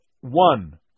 one